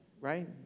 right